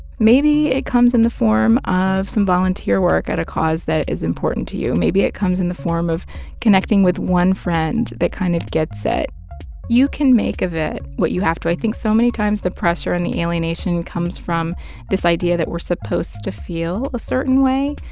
maybe it comes in the form of some volunteer work at a cause that is important to you. maybe it comes in the form of connecting with one friend that kind of gets it you can make of it what you have to. i think so many times the pressure and the alienation comes from this idea that we're supposed to feel a certain way.